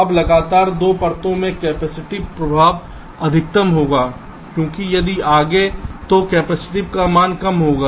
अब लगातार 2 परतों में कैपेसिटिव प्रभाव अधिकतम होगा क्योंकि यदि आगे है तो कैपेसिटेंस का मान कम होगा